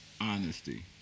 Honesty